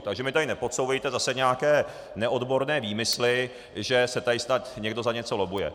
Takže mi tady nepodsouvejte zase nějaké neodborné výmysly, že se tady snad někdo za něco lobbuje.